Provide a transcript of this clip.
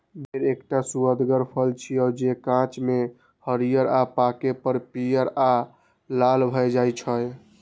बेर एकटा सुअदगर फल छियै, जे कांच मे हरियर आ पाके पर पीयर आ लाल भए जाइ छै